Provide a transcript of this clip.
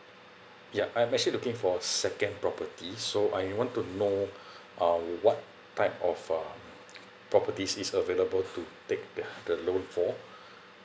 ya I'm actually looking for a second property so I want to know uh what type of uh properties is available to take the the loan for